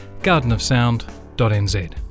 gardenofsound.nz